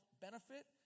benefit